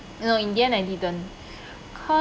no in the end I didn't cause